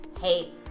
Hey